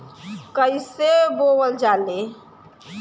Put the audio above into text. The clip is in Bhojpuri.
कईसे बोवल जाले?